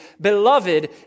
Beloved